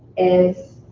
is